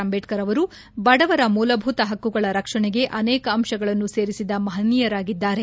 ಅಂಬೇಡ್ಕರ್ ಅವರು ಬಡವರ ಮೂಲಭೂತ ಹಕ್ಕುಗಳ ರಕ್ಷಣೆಗೆ ಅನೇಕ ಅಂಶಗಳನ್ನು ಸೇರಿಸಿದ ಮಹನೀಯರಾಗಿದ್ದಾರೆ